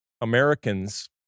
Americans